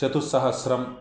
चतुस्सहस्रम्